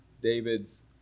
David's